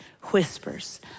whispers